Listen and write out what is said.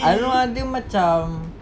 I don't know ah dia macam